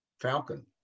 falcon